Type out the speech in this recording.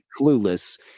clueless